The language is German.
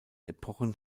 epochen